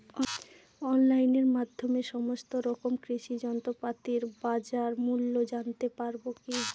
অনলাইনের মাধ্যমে সমস্ত রকম কৃষি যন্ত্রপাতির বাজার মূল্য জানতে পারবো কি?